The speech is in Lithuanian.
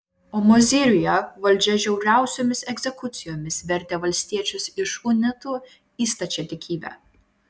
o mozyriuje valdžia žiauriausiomis egzekucijomis vertė valstiečius iš unitų į stačiatikybę